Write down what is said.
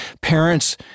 parents